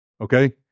okay